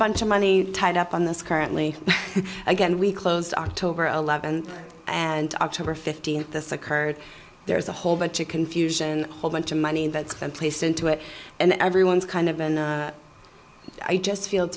bunch of money tied up on this currently again we closed october eleventh and october fifteenth that's occurred there's a whole bunch of confusion whole bunch of money that's been placed into it and everyone's kind of and i just feel